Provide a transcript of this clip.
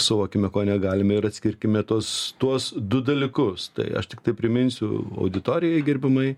suvokime ko negalime ir atskirkime tuos tuos du dalykus tai aš tiktai priminsiu auditorijai gerbiamai